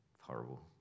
horrible